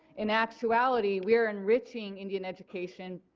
in actuality we are enriching indian education,